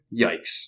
Yikes